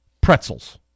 pretzels